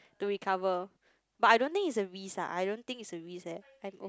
to recover but I don't think is the risk lah I don't think is the risk leh